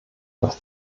das